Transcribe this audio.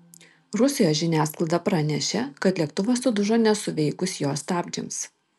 rusijos žiniasklaida pranešė kad lėktuvas sudužo nesuveikus jo stabdžiams